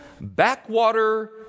backwater